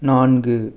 நான்கு